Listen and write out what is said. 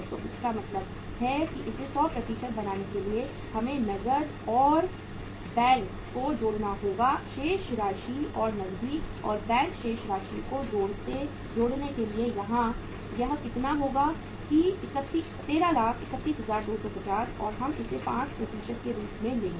तो इसका मतलब है कि इसे 100 बनाने के लिए हमें नकद और बैंक को जोड़ना होगा शेष राशि और नकदी और बैंक शेष राशि को जोड़ने के लिए यहां यह कितना होगा कि 1331 250 और हम इसे 5 के रूप में लेंगे